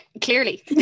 clearly